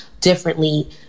differently